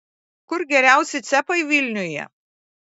kur geriausi cepai vilniuje